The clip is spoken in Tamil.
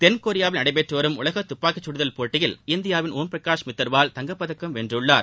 தென்கொரியாவில் நடைபெற்றுவரும் உலக துப்பாக்கி சுடுதல் போட்டியில் இந்தியாவின் ஓம் பிரகாஷ் மிதர்வால் தங்கப்பதக்கம் வென்றுள்ளார்